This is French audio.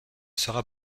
sera